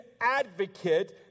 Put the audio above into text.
advocate